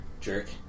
jerk